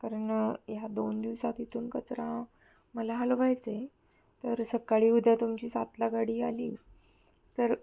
कारण ह्या दोन दिवसात इथून कचरा मला हलवायचं तर सकाळी उद्या तुमची सातला गाडी आली तर